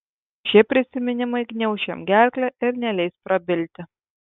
šie prisiminimai gniauš jam gerklę ir neleis prabilti